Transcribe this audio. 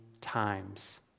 times